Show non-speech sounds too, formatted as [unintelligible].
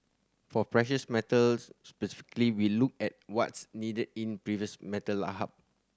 for precious metals specifically we look at what's needed in [unintelligible] metal [unintelligible] hub